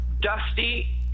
Dusty